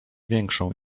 większą